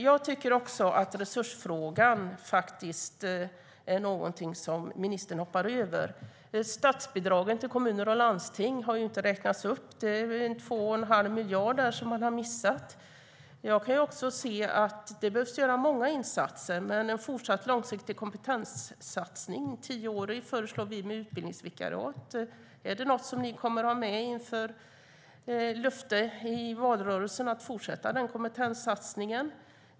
Jag tycker också att ministern hoppar över resursfrågan. Statsbidragen till kommuner och landsting har inte räknats upp. Man har missat 2 1⁄2 miljard. Det behöver göras många insatser och en fortsatt långsiktig kompetenssatsning - vi föreslår tio år med utbildningsvikariat. Kommer ni att ha som löfte i valrörelsen att fortsätta den kompetenssatsningen?